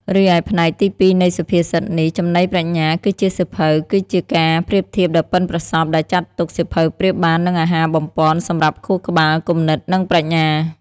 រីឯផ្នែកទីពីរនៃសុភាសិតនេះ ចំណីប្រាជ្ញាគឺជាសៀវភៅ គឺជាការប្រៀបធៀបដ៏ប៉ិនប្រសប់ដែលចាត់ទុក សៀវភៅប្រៀបបាននឹងអាហារបំប៉នសម្រាប់ខួរក្បាល គំនិត និងប្រាជ្ញា។